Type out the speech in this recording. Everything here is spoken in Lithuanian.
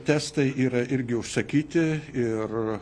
testai yra irgi užsakyti ir